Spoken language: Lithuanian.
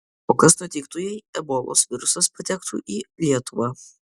o kas nutiktų jei ebolos virusas patektų į lietuvą